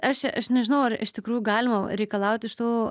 aš čia aš nežinau ar iš tikrųjų galima reikalauti iš tų